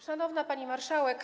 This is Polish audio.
Szanowna Pani Marszałek!